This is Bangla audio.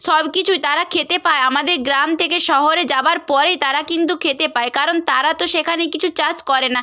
সব কিছু তারা খেতে পায় আমাদের গ্রাম থেকে শহরে যাওয়ার পরে তারা কিন্তু খেতে পায় কারণ তারা তো সেখানে কিছু চাষ করে না